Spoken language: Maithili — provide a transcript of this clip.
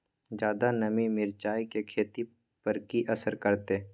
ज्यादा नमी मिर्चाय की खेती पर की असर करते?